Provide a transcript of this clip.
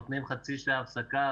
נותנים חצי שעה הפסקה,